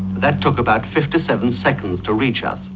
that took about fifty seven seconds to reach us,